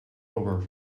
over